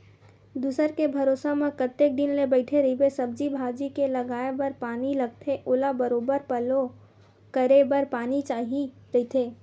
दूसर के भरोसा म कतेक दिन ले बइठे रहिबे, सब्जी भाजी के लगाये बर पानी लगथे ओला बरोबर पल्लो करे बर पानी चाही रहिथे